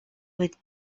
with